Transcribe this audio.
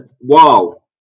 wow